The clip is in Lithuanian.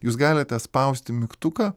jūs galite spausti mygtuką